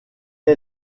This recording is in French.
est